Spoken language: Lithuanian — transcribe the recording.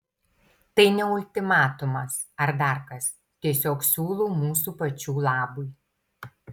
tai ne ultimatumas ar dar kas tiesiog siūlau mūsų pačių labui